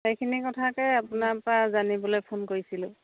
সেইখিনি কথাকে আপোনাৰপৰা জানিবলৈ ফোন কৰিছিলোঁ